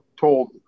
told